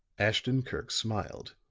ashton-kirk smiled.